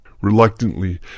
Reluctantly